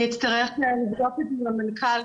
אצטרך לבדוק את זה עם המנכ"ל,